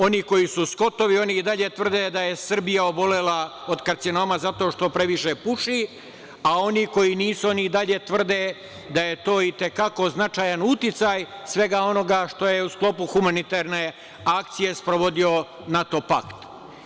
Oni koji su Skotovi, oni i dalje tvrde da je Srbija obolela od karcinoma zato što previše puši, a oni koji nisu, oni i dalje tvrde da je to i te kako značajan uticaj svega onoga što je u sklopu humanitarne akcije sprovodio NATO pakt.